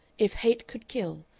if hate could kill,